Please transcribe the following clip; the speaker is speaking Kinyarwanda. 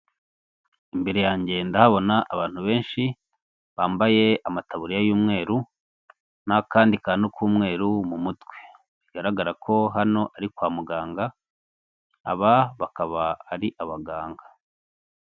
Imbere yanjye ndabona abantu benshi bambaye amataburiya y'umweru n'akandi kantu k'umweru mu mutwe bigaragara ko hano ari kwa muganga aba bakaba ari abaganga.